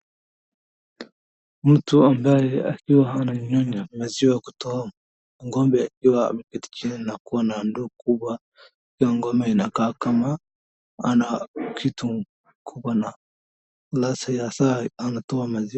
Mtu ambaye akiwa ananyonya maziwa kutoka ng'ombe ikiwa ameketi chini na kuwa na ndoo kubwa, hiyo ng'ombe inakaa kama ana kitu kubwa na lazima sahii anatoa maziwa.